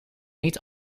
niet